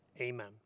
Amen